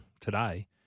today